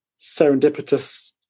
serendipitous